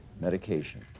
medication